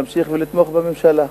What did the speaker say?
להמשיך לתמוך בממשלה.